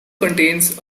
contains